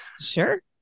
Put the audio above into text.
sure